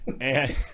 And-